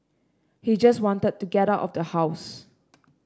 he just wanted to get out of the house